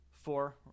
Four